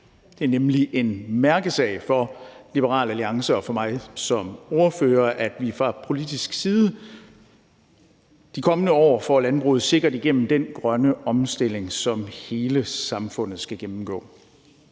Det er nemlig en mærkesag for Liberal Alliance og for mig som ordfører, at vi fra politisk side de kommende år får landbruget sikkert igennem den grønne omstilling, som hele samfundet skal gennemgå.